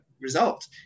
result